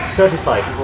certified